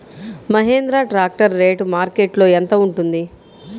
Mahindra tractor rate మార్కెట్లో యెంత ఉంటుంది?